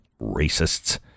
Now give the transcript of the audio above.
racists